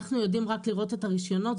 אנחנו יודעים רק לראות את הרישיונות.